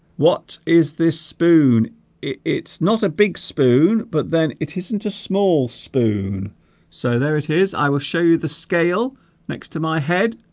what is this spoon it's not a big spoon but then it isn't a small spoon so there it is i will show you the scale next to my head